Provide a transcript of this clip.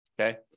Okay